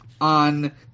on